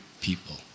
people